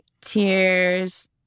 tears